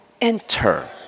enter